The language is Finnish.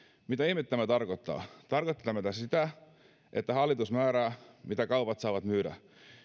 mitä ihmettä tämä tarkoittaa tarkoittaako tämä sitä että hallitus määrää mitä kaupat saavat myydä